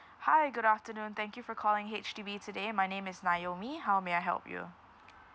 hi good afternoon thank you for calling H_D_B today my name is naomi how may I help you